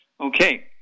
Okay